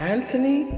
Anthony